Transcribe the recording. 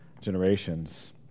generations